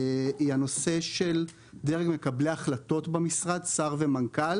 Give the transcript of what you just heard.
הנושא של דרג מקבלי ההחלטות במשרד שר ומנכ"ל